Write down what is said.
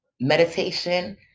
meditation